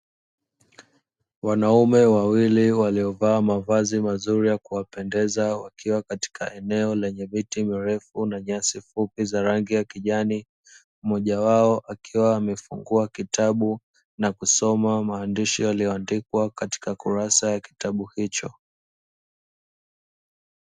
Wanaume wawili waliovaa mavazi mazuri ya kuwapendeza katika eneo lenye miti nimerefu na nyasi za kijani, mmoja wao akiwa amefungua kitabu na kusoma maandishi yaliyoandikwa katika kurasa ya kitabu icho.